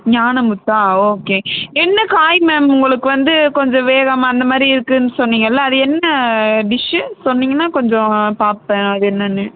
ஞானமுத்தா okay என்ன காய் ma'am உங்களுக்கு வந்து கொஞ்ச வேகாமல் அந்த மாதிரி இருக்குன்னு சொன்னிங்கள்ல அது என்ன டிஷ்ஷு சொன்னிங்கன்னா கொஞ்ச பப்பே அது என்னன்னு